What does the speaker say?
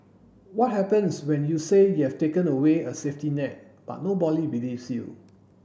what happens when you say you've taken away a safety net but nobody believes you